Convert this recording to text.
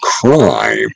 Crime